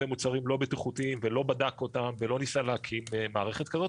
מוצרים לא בטיחותיים ולא בדק אותם ולא ניסה להקים מערכת כזאת.